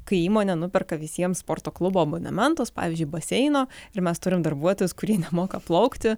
kai įmonė nuperka visiems sporto klubo abonementus pavyzdžiui baseino ir mes turim darbuotojus kurie nemoka plaukti